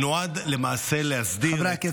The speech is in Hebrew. נועד למעשה להסדיר את כליאתם -- חברי הכנסת,